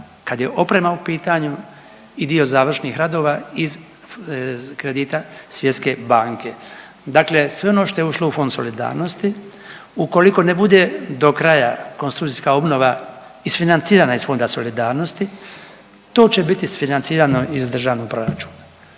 kad je oprema u pitanju i dio završnih radova iz kredita Svjetske banke. Dakle, sve ono što ušlo u Fond solidarnosti ukoliko ne bude do kraja konstrukcijska obnova isfinancirana iz Fonda solidarnosti to će biti isfinancirano iz Državnog proračuna.